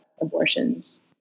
abortions